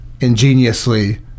ingeniously